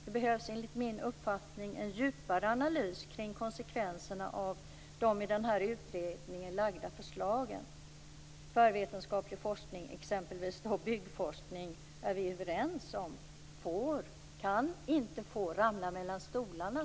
Det behövs, enligt min uppfattning, en djupare analys kring konsekvenserna av de framlagda förslagen i utredningen. Vi är överens om att tvärvetenskaplig forskning och byggforskning inte får ramla mellan stolarna.